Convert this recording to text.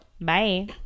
bye